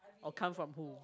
or come from who